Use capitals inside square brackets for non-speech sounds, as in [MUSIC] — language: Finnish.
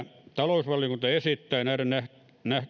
[UNINTELLIGIBLE] talousvaliokunta esittää näiden